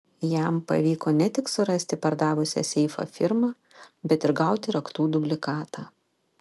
jam pavyko ne tik surasti pardavusią seifą firmą bet ir gauti raktų dublikatą